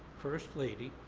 first lady,